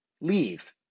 leave